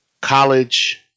college